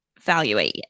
evaluate